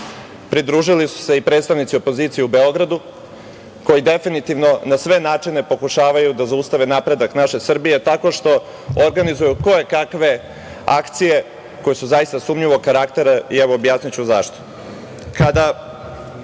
pridružili su se i predstavnici opozicije u Beogradu, koji definitivno na sve načine pokušavaju da zaustave napredak naše Srbije tako što organizuju kojekakve akcije koje su zaista sumnjivog karaktera, a objasniću zašto. Kada